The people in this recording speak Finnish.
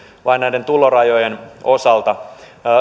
vain näiden tulorajojen osalta